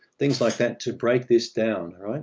things like that, to break this down.